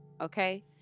okay